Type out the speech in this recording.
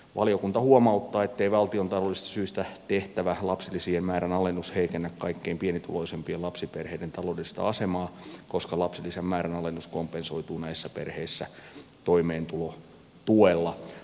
valiokunta huomauttaa ettei valtiontaloudellisista syistä tehtävä lapsilisien määrän alennus heikennä kaikkein pienituloisimpien lapsiperheiden taloudellista asemaa koska lapsilisän määrän alennus kompensoituu näissä perheissä toimeentulotuella